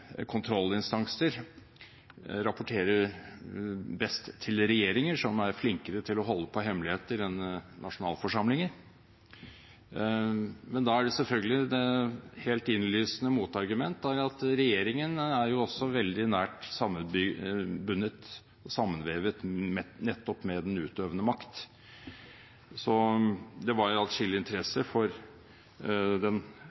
kontrollinstanser rapporterer best til regjeringer, som er flinkere til å holde på hemmeligheter enn nasjonalforsamlinger, men da er selvfølgelig et helt innlysende motargument at regjeringen er jo også veldig nært sammenvevet nettopp med den utøvende makt. Så det var en atskillig interesse for den